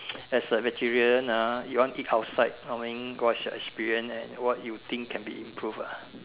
as a vegetarian ah you want eat outside I mean what's your experience and what you think can be improved ah